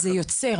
זה יוצר.